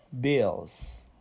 bills